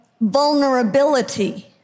vulnerability